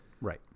right